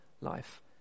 life